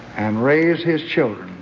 and raise his children